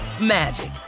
magic